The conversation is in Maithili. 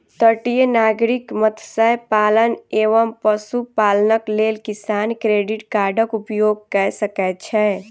तटीय नागरिक मत्स्य पालन एवं पशुपालनक लेल किसान क्रेडिट कार्डक उपयोग कय सकै छै